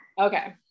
Okay